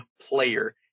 player